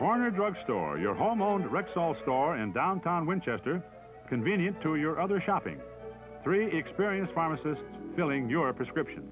corner drug store your home own rexall store in downtown winchester convenient to your other shopping three experience pharmacist filling your prescription